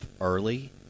early